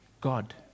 God